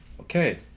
Okay